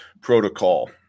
Protocol